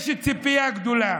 יש ציפייה גדולה